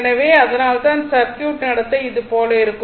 எனவே அதனால்தான் சர்க்யூட் நடத்தை இது போல இருக்கும்